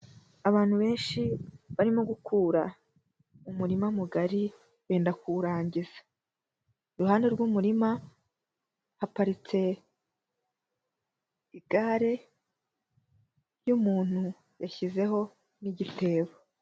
Abantu benshi barimo gukura umurima mugari benda kuwurangiza, iruhande rw'umurima haparitse igare ry'umuntu yashyizeho n'igitebo.